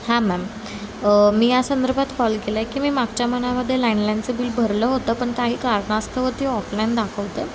हां मॅम मी या संदर्भात कॉल केला आहे की मी मागच्या महिन्यामध्ये लँडलाईनचं बिल भरलं होतं पण काही कारणास्तव ती ऑफलाईन दाखवतं